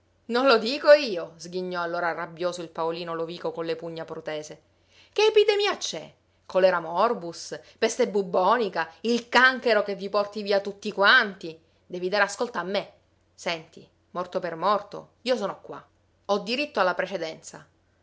non lo dico io sghignò allora rabbioso il paolino lovico con le pugna protese che epidemia c'è cholera morbus peste bubbonica il canchero che vi porti via tutti quanti devi dare ascolto a me senti morto per morto io sono qua ho diritto alla precedenza